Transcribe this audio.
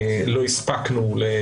מטרטרים אותנו כל יום